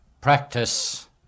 practice